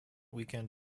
weekend